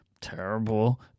terrible